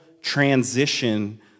transition